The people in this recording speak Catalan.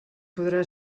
podrà